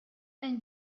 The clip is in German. ein